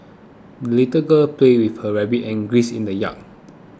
the little girl played with her rabbit and geese in the yard